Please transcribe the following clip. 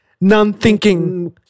non-thinking